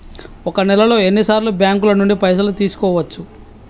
ఒక నెలలో ఎన్ని సార్లు బ్యాంకుల నుండి పైసలు తీసుకోవచ్చు?